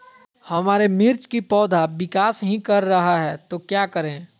हमारे मिर्च कि पौधा विकास ही कर रहा है तो क्या करे?